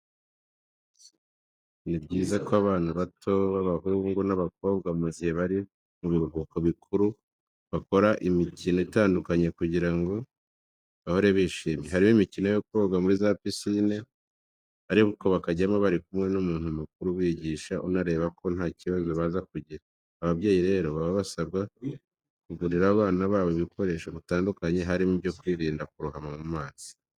Nibyiza ko abana bato b'abahungu n'abakobwa mu gihe bari mu biruhuko bikuru bakora imikino itandukanye kugira ngo bahore bishimye, harimo imikino yo koga muri za pisine, ariko bakajyamo bari kumwe n'umuntu mukuru ubigisha, unareba ko nta kibazo baza kugira. Ababyeyi rero baba basabwa kugurira abana babo ibikoresho bitandukanye, harimo ibyo kwirinda kurohama mu mazi.